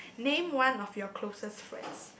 name one of your closest friends